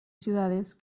ciudades